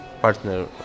partner